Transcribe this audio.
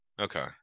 okay